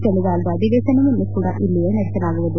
ಚಳಿಗಾಲ ಅಧಿವೇಶನವನ್ನು ಇಲ್ಲಿಯೇ ನಡೆಸಲಾಗುವುದು